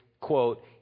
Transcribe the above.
quote